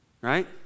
right